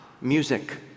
music